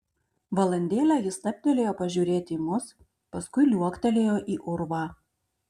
valandėlę jis stabtelėjo pažiūrėti į mus paskui liuoktelėjo į urvą